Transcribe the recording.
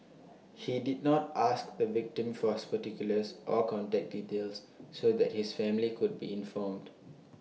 he did not ask the victim for his particulars or contact details so that his family could be informed